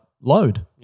Load